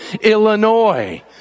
Illinois